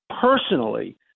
personally